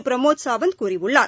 பிரமோத் சாவந்த் கூறியுள்ளார்